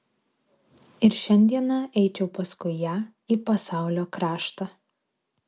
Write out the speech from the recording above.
ir šiandieną eičiau paskui ją į pasaulio kraštą